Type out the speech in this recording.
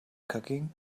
cooking